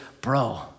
bro